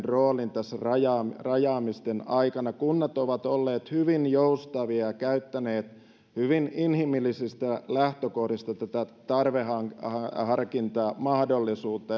roolin tässä rajaamisten aikana kunnat ovat olleet hyvin joustavia ja ja käyttäneet hyvin inhimillisistä lähtökohdista tätä tarveharkintamahdollisuutta